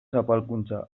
zapalkuntza